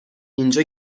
اینجا